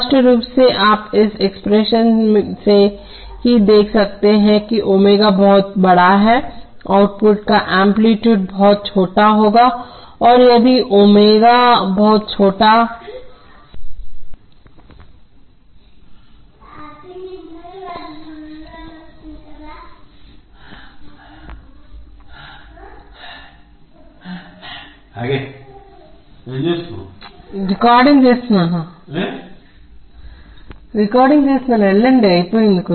स्पष्ट रूप से आप इस एक्सप्रेशन से ही देख सकते हैं कि ω बहुत बड़ा है आउटपुट का एम्पलीटूड बहुत छोटा होगा और यदि ω बहुत छोटा है तो एम्पलीटूड इनपुट के समान है और1 Rc की तुलना में बहुत छोटा है इसलिए यदि ω c बहुत छोटा है तो 1 आउटपुट एम्पलीटूड V p है जो की बहुत छोटा है तो 1 यह ω के इनवेरसेली प्रोपोरशनल हैं